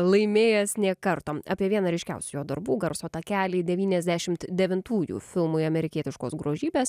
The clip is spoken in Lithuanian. laimėjęs nė karto apie vieną ryškiausių jo darbų garso takelį devyniasdešimt devintųjų filmui amerikietiškos grožybės